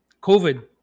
COVID